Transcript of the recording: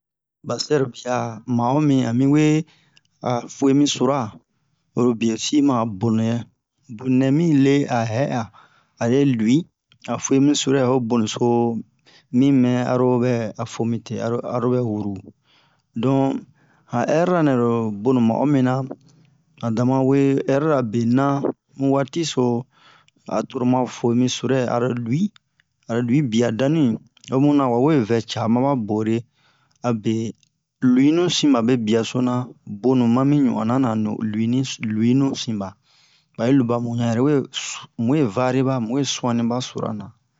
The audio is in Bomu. ba sɛrobiya ma'omi amiiwe a fuwe mi sura oro biyɛsi ma'a bonu yɛ bonunɛ mile a hɛ'a are lui a fuemi surɛ ho bonuso mimɛ arobɛ a fomite arobɛ huru don an hɛriranɛ lo bonu ma'omina han damawe hɛrira bena mu watiso toro ma fuemi surɛ aro lui aro lui bia danui omuna wawe vɛ ca maba bore abe luinu sin babe biasona bonu mami ɲon'ona nanu luini luinu sinba ba'iro bamuɲa we muwe variba muwe suaniba surana